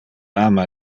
ama